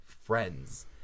friends –